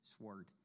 sword